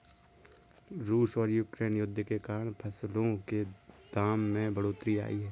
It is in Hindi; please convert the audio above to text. रूस और यूक्रेन युद्ध के कारण फसलों के दाम में बढ़ोतरी आई है